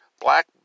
black